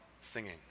singing